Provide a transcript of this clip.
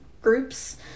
groups